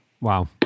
Wow